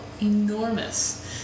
enormous